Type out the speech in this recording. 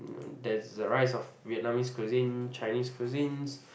there's a rise of Vietnamese cuisine Chinese cuisines